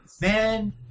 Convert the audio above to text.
Man